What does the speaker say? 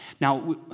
Now